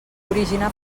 originar